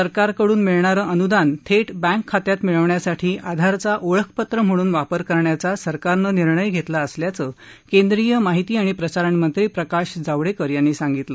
सरकारकडून मिळणारं अनुदान थेट बँक खात्यात मिळवण्यासाठी आधारचा ओळखपत्र म्हणून वापर करण्याचा सरकारने निर्णय घेतला असल्याचं केंद्रीय माहिती आणि प्रसारण मंत्री प्रकाश जावडेकर यांनी सांगितलं